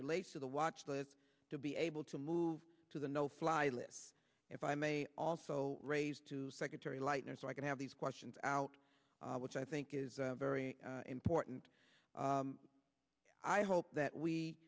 relates to the watch but to be able to move to the no fly list if i may also raise to secretary lighter so i can have these questions out which i think is very important i hope that we